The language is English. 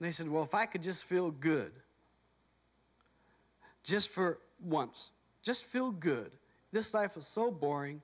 direction they said well if i could just feel good just for once just feel good this life was so boring